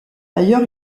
ailleurs